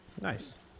Nice